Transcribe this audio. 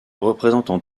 représentant